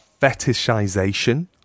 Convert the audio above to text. fetishization